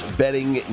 betting